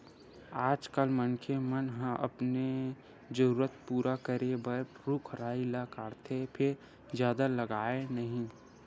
आजकाल मनखे मन ह अपने जरूरत पूरा करे बर रूख राई ल काटथे फेर जादा लगावय नहि